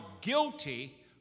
guilty